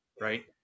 right